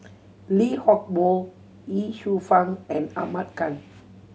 Lee Hock Moh Ye Shufang and Ahmad Khan